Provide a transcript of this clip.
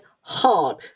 hard